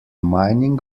mining